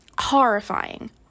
horrifying